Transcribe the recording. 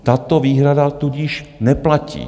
Tato výhrada tudíž neplatí.